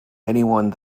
anyone